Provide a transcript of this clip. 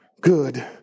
good